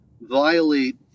violate